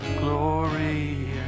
glory